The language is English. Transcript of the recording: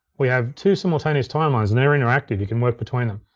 we have two simultaneous timelines and they're interactive, you can work between them.